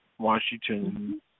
Washington